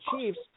Chiefs